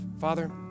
Father